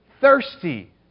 thirsty